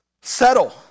settle